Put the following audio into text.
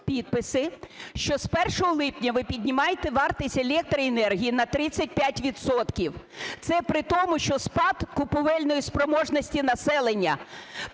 що з 1 липня ви піднімаєте вартість електроенергії на 35 відсотків. Це при тому, що спад купівельної спроможності населення.